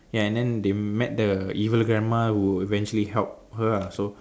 and then they met the evil grandma who eventually help her lah so